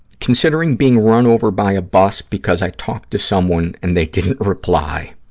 considering being run over by a bus because i talked to someone and they didn't reply.